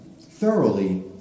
thoroughly